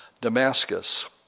Damascus